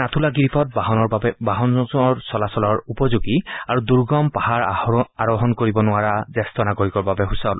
নাথুলা গিৰিপথ বাহনৰ চলাচলৰ উপযোগী আৰু দুৰ্গম পাহাৰ আৰোহণ কৰিব নোৱাৰা জ্যেষ্ঠ নাগৰিকৰ বাবে সুচল